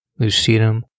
lucidum